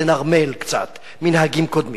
לנרמל קצת מנהגים קודמים,